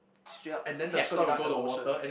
straight up tackle it down into the ocean